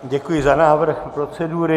Děkuji za návrh procedury.